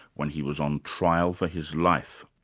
when he was on trial for his life.